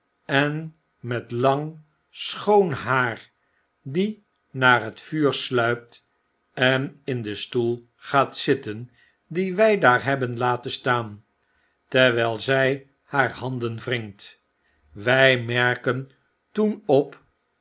en met lang schoon haar die naar het vuur sluipt en in den stoel gaat zitten dien wy daar hebben laten staan terwijl zy haar handen wringt wy merken toen op